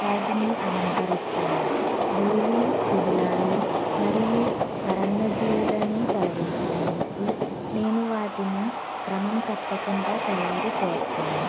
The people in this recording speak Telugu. వాటిని అలంకరిస్తాను ధూళి శిధిలాలు మరియు పరన్న జీవులను తొలిగించడానికి నేను వాటిని క్రమం తప్పకుండా తయారు చేస్తాను